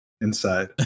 inside